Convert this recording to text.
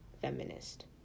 feminist